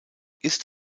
ist